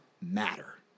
matter